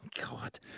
God